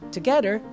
Together